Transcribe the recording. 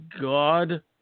god